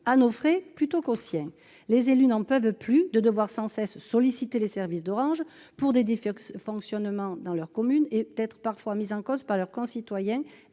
à nos frais plutôt qu'aux siens ... Les élus n'en peuvent plus de devoir sans cesse solliciter les services d'Orange pour des dysfonctionnements dans leur commune et, parfois, d'être mis en cause par leurs concitoyens,